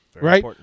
right